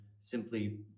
simply